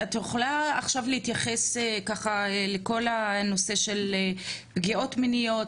את יכולה עכשיו להתייחס ככה לכל הנושא של פגיעות מיניות,